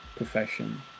profession